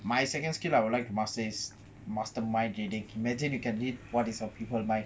my second skill I would like to master is mastermind jedi imagine you can read what is on people's mind